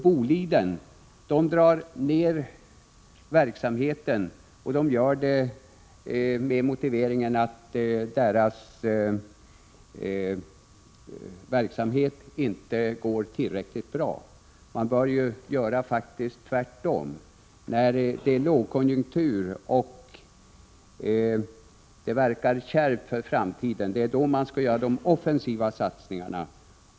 Boliden drar ner verksamheten och gör det med motiveringen att verksamheten inte går tillräckligt bra. Men man bör faktiskt göra tvärtom. När det är lågkonjunktur och det verkar kärvt för framtiden, det är då man skall göra de offensiva satsningarna.